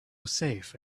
safe